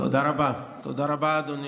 שר הבינוי